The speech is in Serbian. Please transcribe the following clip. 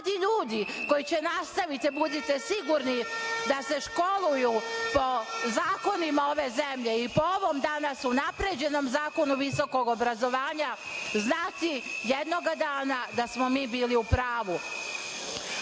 mladi ljudi koji će nastaviti, budite sigurni, da se školuju po zakonima ove zemlje i po ovom danas unapređenom zakonu visokog obrazovanja znati jednog dana da smo mi bili u pravu.Zašto